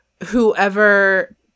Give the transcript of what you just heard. whoever